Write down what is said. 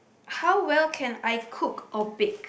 how well can I cook or bake